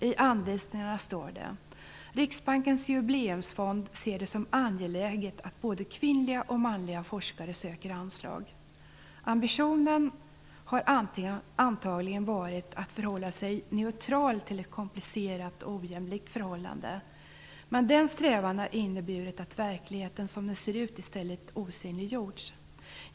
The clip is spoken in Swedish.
I anvisningarna står det: "Riksbankens Jubileumsfond ser det som angeläget att både kvinnliga och manliga forskare söker anslag." Ambitionen har antagligen varit att förhålla sig neutral till ett komplicerat och ojämlikt förhållande. Men den strävan har inneburit att verkligheten som den ser ut i stället osynliggjorts.